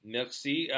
Merci